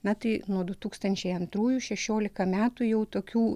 na tai nuo du tūkstančiai antrųjų šešiolika metų jau tokių